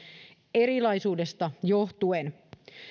erilaisuudesta johtuen